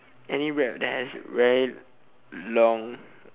any rap that has very long